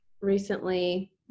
recently